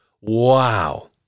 wow